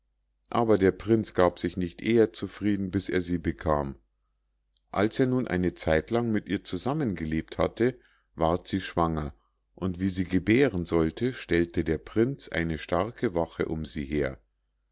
aber der prinz gab sich nicht eher zufrieden bis er sie bekam als er nun eine zeitlang mit ihr zusammengelebt hatte ward sie schwanger und wie sie gebären sollte stellte der prinz eine starke wache um sie her